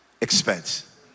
expense